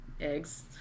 eggs